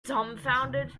dumbfounded